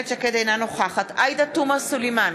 אינה נוכחת עאידה תומא סלימאן,